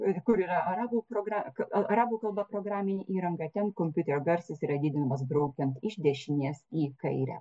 kur yra arabų progrą arabų kalba programinė įranga ten kompiuterio garsas yra didinamas braukiant iš dešinės į kairę